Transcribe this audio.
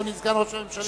אדוני סגן ראש הממשלה.